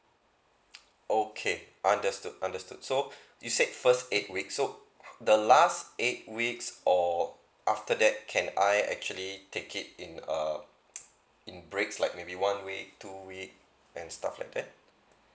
okay understood understood so you said first eight weeks so the last eight weeks or after that can I actually take it in uh in breaks like maybe one week two week and stuff like that